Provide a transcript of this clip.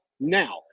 Now